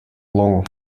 long